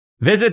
Visit